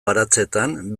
baratzeetan